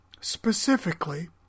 specifically